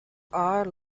are